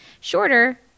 shorter